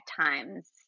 times